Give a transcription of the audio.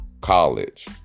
college